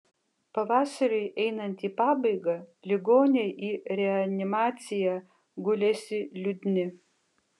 pavasariui einant į pabaigą ligoniai į reanimaciją gulėsi liūdni